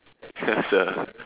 ya sia